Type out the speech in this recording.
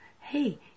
hey